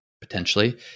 potentially